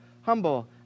humble